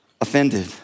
offended